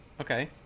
Okay